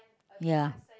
ya